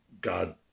God